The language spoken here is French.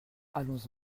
allons